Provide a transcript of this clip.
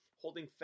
holding